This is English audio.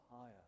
higher